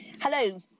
Hello